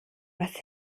was